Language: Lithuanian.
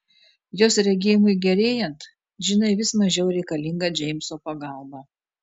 jos regėjimui gerėjant džinai vis mažiau reikalinga džeimso pagalba